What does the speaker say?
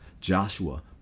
Joshua